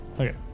Okay